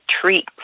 treat